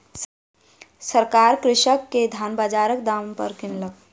सरकार कृषक के धान बजारक दाम पर किनलक